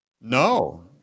No